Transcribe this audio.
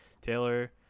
taylor